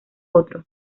otro